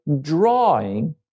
drawing